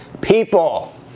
people